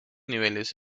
niveles